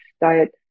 diet